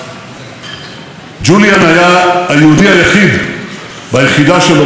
ג'וליאן היה היהודי היחיד ביחידה שלו בצבא הקנדי,